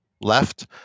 left